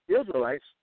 Israelites